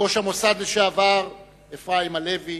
ראש המוסד לשעבר אפרים הלוי,